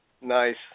Nice